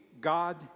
God